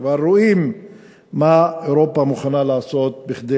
כבר רואים מה אירופה מוכנה לעשות כדי